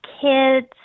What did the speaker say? kids